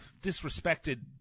disrespected